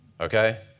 Okay